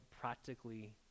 practically